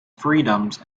freedoms